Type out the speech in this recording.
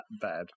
bad